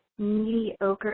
Mediocre